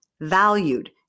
valued